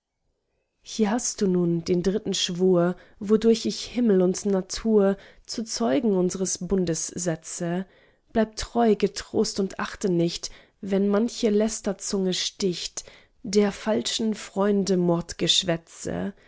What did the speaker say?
hier hast du nun den dritten schwur wodurch ich himmel und natur zu zeugen unsers bundes setze bleib treu getrost und achte nicht wenn manche lästerzunge sticht der falschen freunde